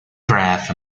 graf